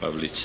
Pavlic.